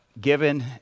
given